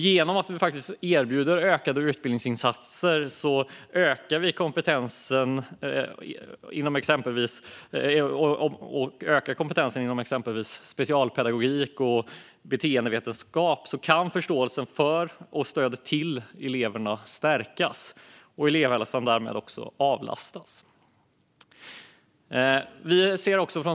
Genom att erbjuda ökade utbildningsinsatser ökar vi kompetensen inom exempelvis specialpedagogik och beteendevetenskap, och förståelsen för och stödet till eleverna kan därmed stärkas och elevhälsan avlastas.